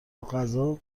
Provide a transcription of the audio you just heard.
غذا